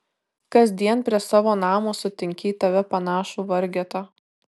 kasdien prie savo namo sutinki į tave panašų vargetą